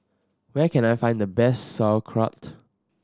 where can I find the best Sauerkraut